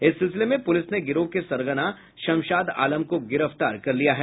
इस सिलसिले में पुलिस ने गिरोह के सरगना शमशाद आलम को गिरफ्तार कर लिया है